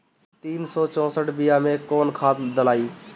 तीन सउ चउसठ बिया मे कौन खाद दलाई?